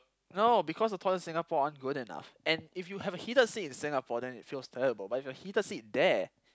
no because the toilet in Singapore aren't good enough and if you have a heated seat in Singapore then it feels terrible but if you have a heated seat there